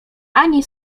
ani